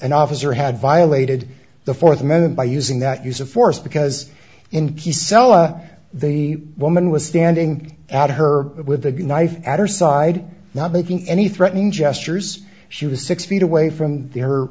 an officer had violated the fourth amendment by using that use of force because in his sela the woman was standing at her with a knife at her side not making any threatening gestures she was six feet away from he